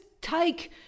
take